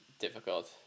difficult